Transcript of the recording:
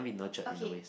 okay